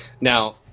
now